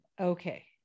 Okay